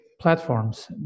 platforms